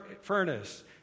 furnace